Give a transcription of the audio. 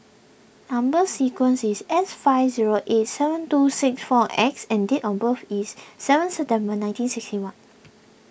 Number Sequence is S five zero eight seven two six four X and date of birth is seven September nineteen sixty one